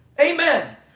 Amen